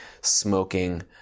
smoking